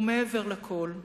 ומעבר לכול,